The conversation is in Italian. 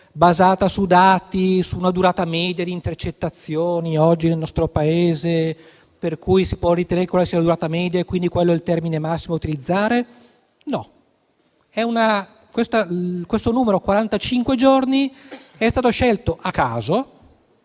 basata su dati, su una durata media di intercettazioni oggi nel nostro Paese, per cui si può ritenere che quella sia la durata media e quindi il termine massimo da utilizzare? Questo numero, quarantacinque giorni, è stato scelto a caso